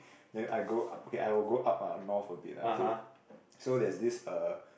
then I go up okay I will go up ah north a bit lah okay so there's this uh